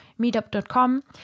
meetup.com